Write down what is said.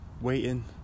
waiting